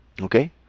Okay